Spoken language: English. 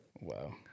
wow